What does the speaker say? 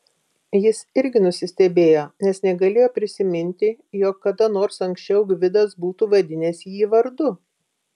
jis irgi nusistebėjo nes negalėjo prisiminti jog kada nors anksčiau gvidas būtų vadinęs jį vardu